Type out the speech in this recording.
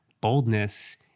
boldness